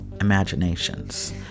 imaginations